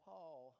Paul